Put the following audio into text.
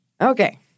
Okay